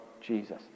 Jesus